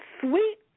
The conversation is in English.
Sweet